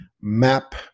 map